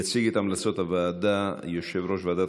יציג את המלצות הוועדה יושב-ראש ועדת